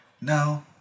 no